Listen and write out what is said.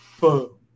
boom